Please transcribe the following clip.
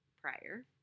prior